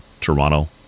Toronto